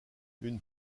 une